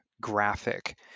graphic